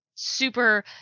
super